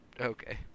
Okay